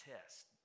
test